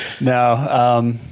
No